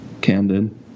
candid